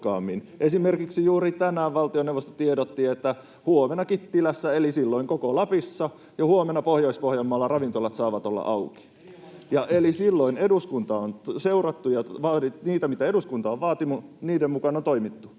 Esimerkiksi juuri tänään valtioneuvosto tiedotti, että huomenna Kittilässä, eli silloin koko Lapissa, ja Pohjois-Pohjanmaalla ravintolat saavat olla auki. Eli silloin eduskuntaa on seurattu ja niiden, mitä eduskunta on vaatinut, mukaan on toimittu.